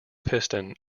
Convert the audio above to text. piston